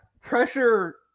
pressure